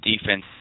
defense